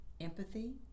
empathy